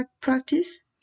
practice